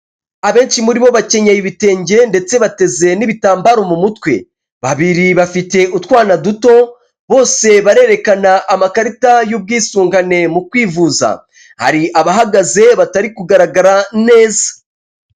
Abenshi muri bo bakenyeye ibitenge ndetse bateze n'ibitambaro mu mutwe, babiri bafite utwana duto, bose barerekana amakarita y'ubwisungane mu kwivuza, hari abahagaze batari kugaragara neza.